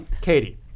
Katie